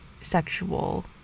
sexual